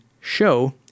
show